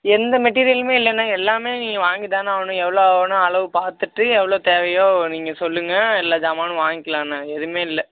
எந்த மெட்டிரியலுமே இல்லை அண்ணன் எல்லாமே நீங்கள் வாங்கி தானே ஆகணும் எவ்வளோ ஆகுமெனு அளவு பார்த்துட்டு எவ்வளோ தேவையோ நீங்கள் சொல்லுங்க எல்லா சாமானும் வாங்கிக்கலாம்ணே எதுவுமே இல்லை